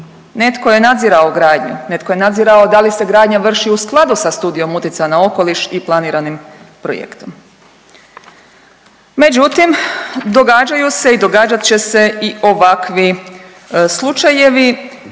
netko je nadzirao gradnju, netko je nadzirao da li se gradnja vrši u skladu sa Studijom utjecaja na okoliš i planiranim projektom. Međutim događaju se i događat će se i ovakvi slučajevi